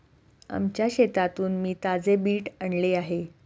आमच्या शेतातून मी ताजे बीट आणले आहे